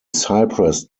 cypress